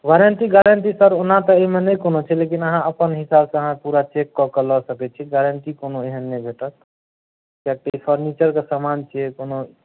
warranty guarantee sir ओना तऽ एहिमे नहि कोनो छै लेकिन अहाँ अपन हिसाबसँ अहाँ पूरा चेक कऽ के लऽ सकै छी गारण्टी कोनो एहन नहि भेटत कियाकि फर्नीचरके सामान छियै कोनो